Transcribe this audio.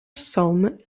somme